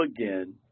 again